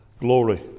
glory